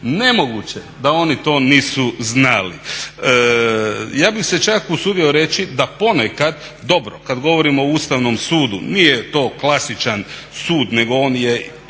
Nemoguće da oni to nisu znali. Ja bih se čak usudio reći da ponekad, dobro, kad govorimo o Ustavnom sudu nije to klasičan sud nego on je